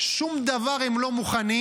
לשום דבר הם לא מוכנים,